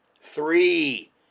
three